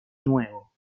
nuevo